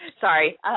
sorry